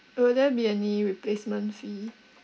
will there be any replacement fee